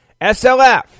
SLF